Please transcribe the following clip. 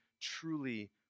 truly